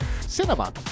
Cinema